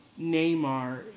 Neymar